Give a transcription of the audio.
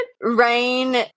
Rain